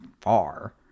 far